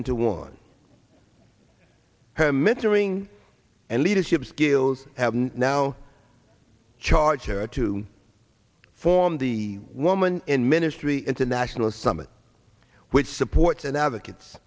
into one her mentoring and leadership skills now charger to form the woman in ministry it's a national summit which supports and advocates